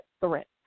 threats